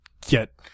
get